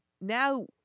now